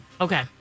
Okay